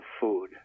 food